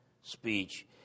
speech